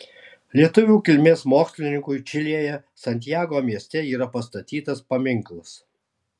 lietuvių kilmės mokslininkui čilėje santjago mieste yra pastatytas paminklas